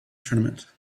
tournament